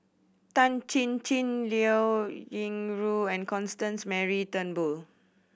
Tan Chin Chin Liao Yingru and Constance Mary Turnbull